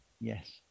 Yes